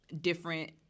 different